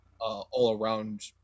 all-around